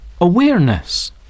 awareness